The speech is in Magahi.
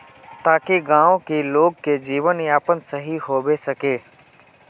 ताकि गाँव की लोग के जीवन यापन सही होबे सके?